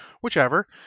Whichever